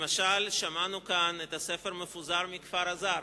למשל שמענו כאן את הספר "המפוזר מכפר אז"ר"